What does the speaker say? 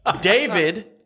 David